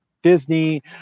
disney